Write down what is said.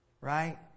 Right